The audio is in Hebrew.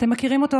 ואתה יודע את זה.